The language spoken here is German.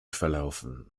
verlaufen